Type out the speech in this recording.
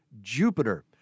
Jupiter